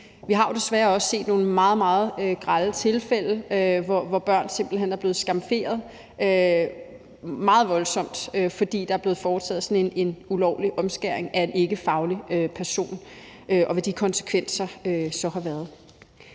Vi har jo desværre også set nogle meget, meget grelle tilfælde, hvor børn simpelt hen er blevet skamferet meget voldsomt, fordi der er blevet foretaget sådan en ulovlig omskæring af en ikkefagperson med de konsekvenser, det så har haft.